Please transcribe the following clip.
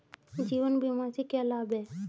जीवन बीमा से क्या लाभ हैं?